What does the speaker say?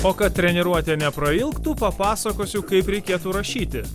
o kad treniruotė neprailgtų papasakosiu kaip reikėtų rašyti